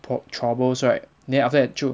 troubles right then after that 就